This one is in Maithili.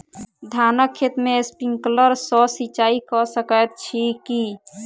धानक खेत मे स्प्रिंकलर सँ सिंचाईं कऽ सकैत छी की?